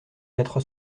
quatre